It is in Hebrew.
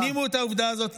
הפנימו את העובדה הזאת,